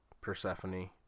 Persephone